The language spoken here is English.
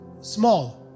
small